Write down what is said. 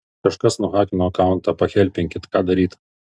kažkas nuhakino akauntą pahelpinkit ką daryt